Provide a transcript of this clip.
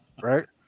right